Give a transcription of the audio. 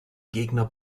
gegner